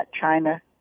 China